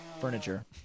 furniture